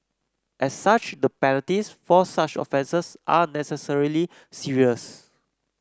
as such the penalties for such offences are necessarily serious